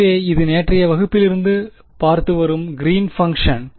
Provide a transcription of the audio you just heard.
எனவே இது நேற்றைய வகுப்பிலிருந்து பார்த்து வரும் க்ரீன் பங்க்ஷன்